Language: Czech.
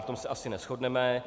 V tom se asi neshodneme.